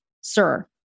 sir